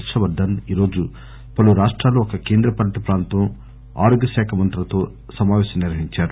హర్నవర్ధన్ ఈరోజు పలు రాష్టాలు ఒక కేంద్ర పాలిత ప్రాంతం ఆరోగ్యశాఖ మంత్రులతో సమాపేశం నిర్వహించారు